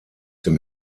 dem